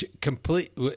complete